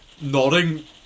nodding